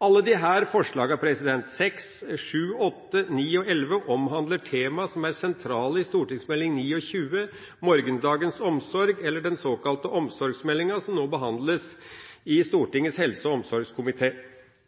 Alle disse forslagene, nr. 6, 7, 8, 9 og 11, omhandler temaer som er sentrale i Meld. S. 29 for 2012–2013, Morgendagens omsorg, eller den såkalte omsorgsmeldinga, som nå behandles i